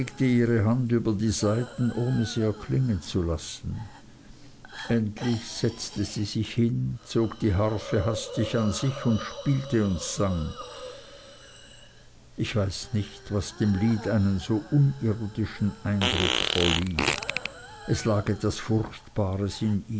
ihre hand über die saiten ohne sie erklingen zu lassen endlich setzte sie sich hin zog die harfe hastig an sich und spielte und sang ich weiß nicht was dem liede einen so unirdischen eindruck verlieh es lag etwas furchtbares in